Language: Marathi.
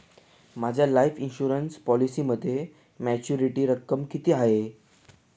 माझ्या लाईफ इन्शुरन्स पॉलिसीमध्ये मॅच्युरिटी रक्कम किती आहे?